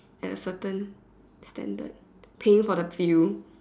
at a certain standard paying for the view